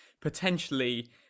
potentially